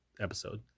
episode